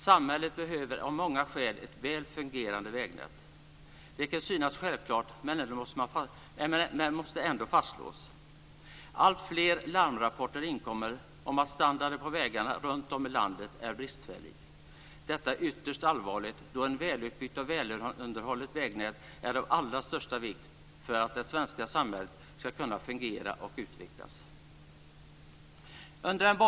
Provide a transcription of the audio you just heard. Samhället behöver ett väl fungerande vägnät av många skäl. Det kan synas självklart men måste ändå fastslås. Alltfler larmrapporter inkommer om att standarden på vägarna runtom i landet är bristfällig. Detta är ytterst allvarligt då ett välutbyggt och välunderhållet vägnät är av allra största vikt för att det svenska samhället ska kunna fungera och utvecklas.